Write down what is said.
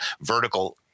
vertical